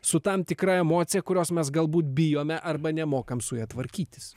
su tam tikra emocija kurios mes galbūt bijome arba nemokam su ja tvarkytis